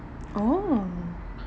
oh